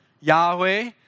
Yahweh